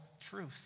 truth